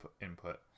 input